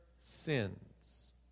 sins